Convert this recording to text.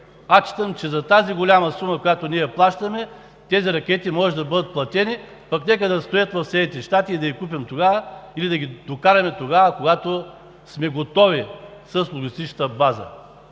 че за тази голяма сума, която ние плащаме, тези ракети може да бъдат платени, пък нека да стоят в Съединените щати и да ги купим тогава или да ги докараме тогава, когато сме готови с логистичната база.